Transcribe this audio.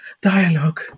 dialogue